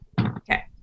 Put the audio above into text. Okay